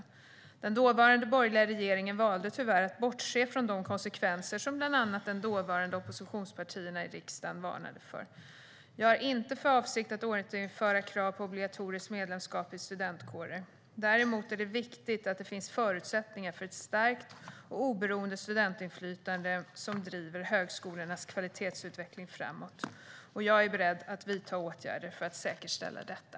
Den dåvarande borgerliga regeringen valde tyvärr att bortse från de konsekvenser som bland annat de dåvarande oppositionspartierna i riksdagen varnade för. Jag har inte för avsikt att återinföra krav på obligatoriskt medlemskap i studentkårer. Däremot är det viktigt att det finns förutsättningar för ett starkt och oberoende studentinflytande som driver högskolornas kvalitetsutveckling framåt. Jag är beredd att vidta åtgärder för att säkerställa detta.